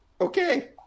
Okay